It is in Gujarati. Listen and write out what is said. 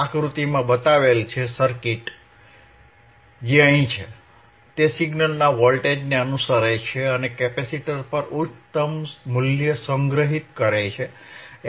આકૃતિમાં બતાવેલ સર્કિટ જે અહીં છે તે સિગ્નલના વોલ્ટેજ અનુસરે છે અને કેપેસિટર પર ઉચ્ચતમ મૂલ્ય સંગ્રહિત કરે છે